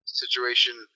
situation